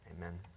amen